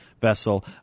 vessel